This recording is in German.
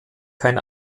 kein